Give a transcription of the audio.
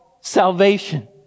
salvation